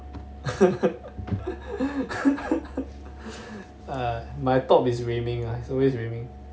uh my top is wei ming one is always wei ming